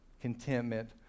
contentment